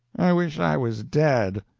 i wish i was dead!